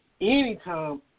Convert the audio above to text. anytime